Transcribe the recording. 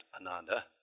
Ananda